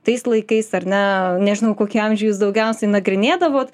tais laikais ar ne nežinau kokį amžių jūs daugiausiai nagrinėdavot